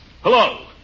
Hello